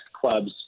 clubs